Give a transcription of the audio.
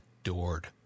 adored